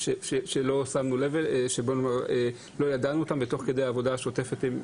שלא ידענו אותם והתבררו תוך כדי העבודה השוטפת.